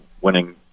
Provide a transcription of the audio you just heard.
winning